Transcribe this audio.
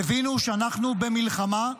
הבינו שאנחנו במלחמה.